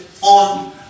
on